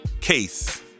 case